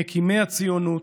ממקימי הציונות,